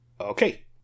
Okay